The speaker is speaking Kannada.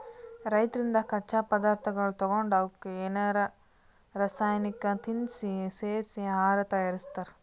ರೈತರಿಂದ್ ಕಚ್ಚಾ ಪದಾರ್ಥಗೊಳ್ ತಗೊಂಡ್ ಅವಕ್ಕ್ ಏನರೆ ರಾಸಾಯನಿಕ್ ತಿನಸ್ ಸೇರಿಸಿ ಆಹಾರ್ ತಯಾರಿಸ್ತಾರ್